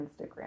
Instagram